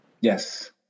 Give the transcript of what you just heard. Yes